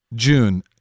June